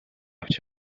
авч